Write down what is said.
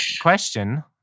question